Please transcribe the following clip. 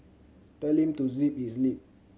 tell him to zip his lip